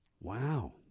Wow